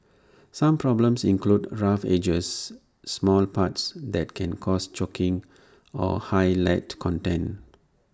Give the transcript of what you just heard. some problems include rough edges small parts that can cause choking or high lead content